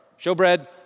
showbread